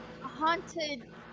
haunted